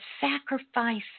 sacrifice